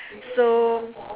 so